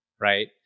Right